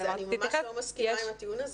אני ממש לא מסכימה עם הטיעון הזה.